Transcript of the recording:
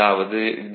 அதாவது டி